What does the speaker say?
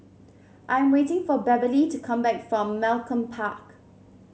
I am waiting for Beverlee to come back from Malcolm Park